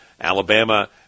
Alabama